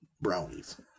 brownies